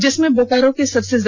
जिसमें बोकारो के सबसे है